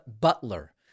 Butler